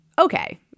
okay